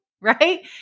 right